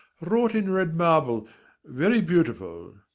wrought in red marble very beautiful.